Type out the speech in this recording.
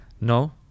No